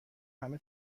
همه